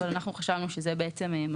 אבל אנחנו חשבנו שזה מספיק.